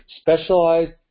specialized